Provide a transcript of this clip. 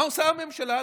מה עושה הממשלה הנוכחית?